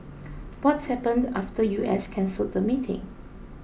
what happened after U S cancelled the meeting